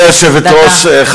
גברתי היושבת-ראש,